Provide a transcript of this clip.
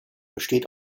besteht